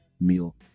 meal